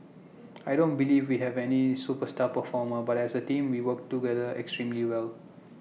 I don't believe we have any superstar performer but as A team we work together extremely well